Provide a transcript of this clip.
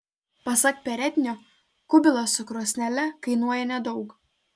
pasak perednio kubilas su krosnele kainuoja nedaug